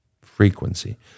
Frequency